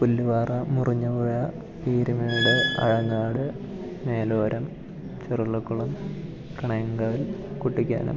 Pullupara Murinjapuzha Peermade Aangad Meloram Cheruvilakkulam Kanayankal Kuttikkanam